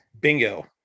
Bingo